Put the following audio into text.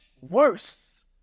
worse